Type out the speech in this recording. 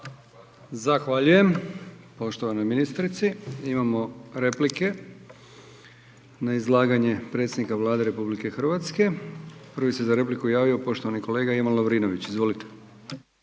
Zahvaljujem poštovanoj ministrici. Imamo replike na izlaganje predsjednika Vlade RH, prvi se za repliku javio poštovani kolega Ivan Lovrinović, izvolite.